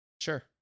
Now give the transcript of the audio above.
Sure